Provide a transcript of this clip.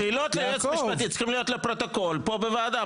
השאלות ליועץ המשפטי צריכות להיות לפרוטוקול פה בוועדה,